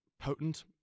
potent